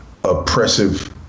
oppressive